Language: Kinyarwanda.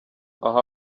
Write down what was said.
aho